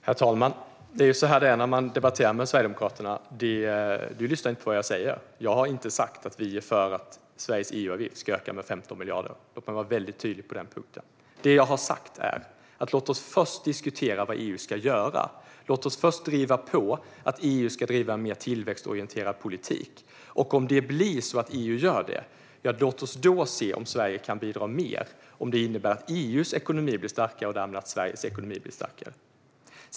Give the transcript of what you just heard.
Herr talman! Det är så här det är när man debatterar med Sverigedemokraterna. Oscar Sjöstedt lyssnar inte på vad jag säger. Jag har inte sagt att vi är för att Sveriges EU-avgift ska öka med 15 miljarder. Låt mig vara tydlig på den punkten. Jag har sagt att vi först ska diskutera vad EU ska göra. Låt oss först hävda att EU ska driva en mer tillväxtorienterad politik. Om det blir så att EU gör så, låt oss då se om Sverige kan bidra mer - om det innebär att EU:s ekonomi blir starkare och därmed att Sveriges ekonomi blir starkare.